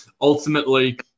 ultimately